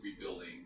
rebuilding